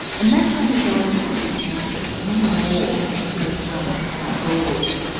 and that's only those who could be counted. many more sleep rough outdoors.